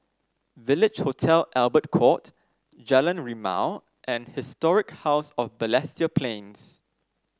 Village Hotel Albert Court Jalan Rimau and Historic House of Balestier Plains